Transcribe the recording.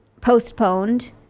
postponed